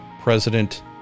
President